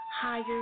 higher